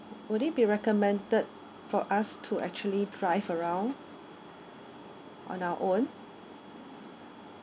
would it be recommended for us to actually drive around on our own